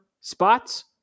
spots